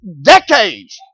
decades